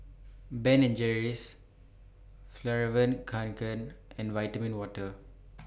Ben and Jerry's Fjallraven Kanken and Vitamin Water